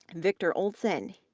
and victoria oldson,